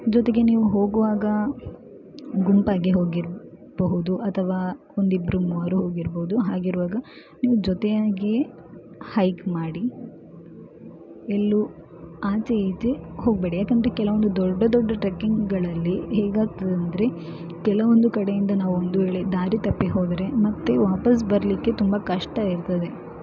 ಜೊತೆಗೆ ನೀವು ಹೋಗುವಾಗ ಗುಂಪಾಗಿ ಹೋಗಿರಬಹುದು ಅಥವಾ ಒಂದಿಬ್ಬರು ಮೂವರು ಹೋಗಿರ್ಬೋದು ಹಾಗಿರುವಾಗ ನೀವು ಜೊತೆಯಾಗಿ ಹೈಕ್ ಮಾಡಿ ಎಲ್ಲೂ ಆಚೆ ಈಚೆ ಹೋಗಬೇಡಿ ಯಾಕಂದರೆ ಕೆಲವೊಂದು ದೊಡ್ಡ ದೊಡ್ಡ ಟ್ರೆಕ್ಕಿಂಗ್ಗಳಲ್ಲಿ ಹೇಗಾಗ್ತದಂದ್ರೆ ಕೆಲವೊಂದು ಕಡೆಯಿಂದ ನಾವು ಒಂದು ವೇಳೆ ದಾರಿ ತಪ್ಪಿ ಹೋದರೆ ಮತ್ತೆ ವಾಪಸ್ ಬರಲಿಕ್ಕೆ ತುಂಬ ಕಷ್ಟ ಇರ್ತದೆ